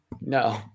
No